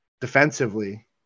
defensively